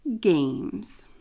games